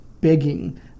begging